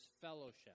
fellowship